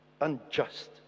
unjust